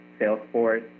Salesforce